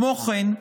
כמו כן,